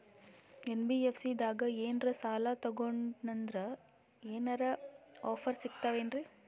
NBFC ದಾಗ ಏನ್ರ ಸಾಲ ತೊಗೊಂಡ್ನಂದರ ಏನರ ಆಫರ್ ಸಿಗ್ತಾವೇನ್ರಿ?